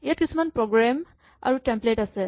ইয়াত কিছুমান প্ৰগ্ৰেম আৰু টেম্পলেট আছে